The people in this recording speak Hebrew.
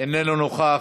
אינו נוכח.